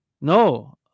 No